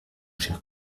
cher